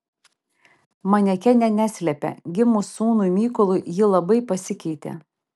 manekenė neslepia gimus sūnui mykolui ji labai pasikeitė